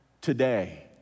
today